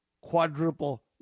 quadruple